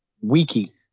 Wiki